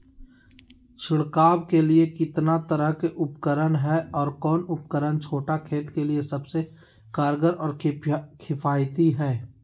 छिड़काव के लिए कितना तरह के उपकरण है और कौन उपकरण छोटा खेत के लिए सबसे कारगर और किफायती है?